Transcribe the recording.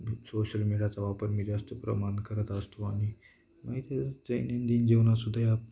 social मीडियाचा वापर मी जास्त प्रमाणात करत असतो आणि मी ते दैनंदिन जीवनातसुद्धा या